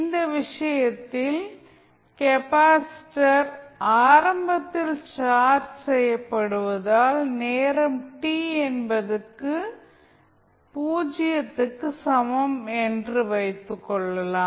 இந்த விஷயத்தில் கெப்பாசிட்டர் ஆரம்பத்தில் சார்ஜ் செய்யப்படுவதால் நேரம் t என்பது 0 க்கு சமம் என்று வைத்துக் கொள்ளலாம்